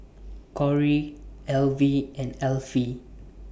Corrie Alvie and Alfie